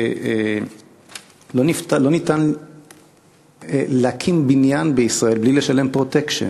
כשלא ניתן להקים בניין בישראל בלי לשלם "פרוטקשן",